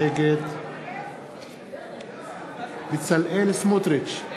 נגד בצלאל סמוטריץ,